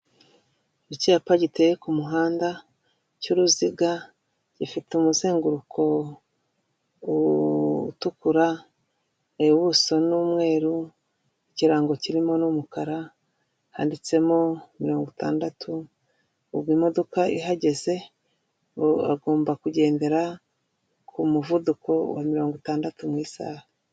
Ikipa giteye kumuhanda cy'uruziga gifite umuzenguruko utukura ubuso n'umweru ngirango kirimo n'umukara handitsemo mirongo itandatu ubwo imodoka ihagaze agomba kugendera ku muvuduko wa mirongo itandatu mu isaha.